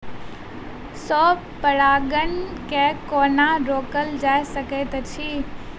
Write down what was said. स्व परागण केँ कोना रोकल जा सकैत अछि?